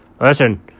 Listen